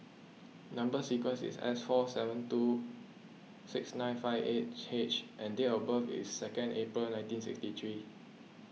Number Sequence is S four seven two six nine five eight H and date of birth is second April nineteen sixty three